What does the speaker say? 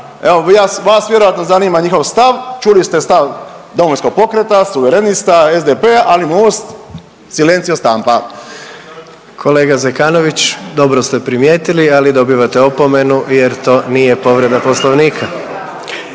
evo vas vjerojatno zanima njihov stav, čuli ste stav Domovinskog pokreta, Suverenista, SDP ali MOST silenzio stampa. **Jandroković, Gordan (HDZ)** Kolega Zekanović dobro ste primijetili, ali dobivate opomenu jer to nije povreda Poslovnika.